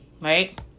right